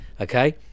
Okay